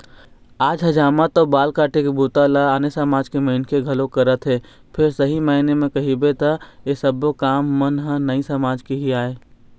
आज हजामत अउ बाल काटे के बूता ल आने समाज के मनखे घलोक करत हे फेर सही मायने म कहिबे त ऐ सब्बो काम मन ह नाई समाज के ही आय